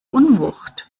unwucht